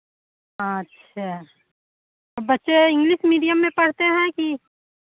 आ छः तो बच्चे इंग्लिस मीडियम में पढ़ते हैं कि